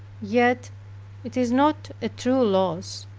yet it is not a true loss,